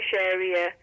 area